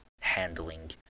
handling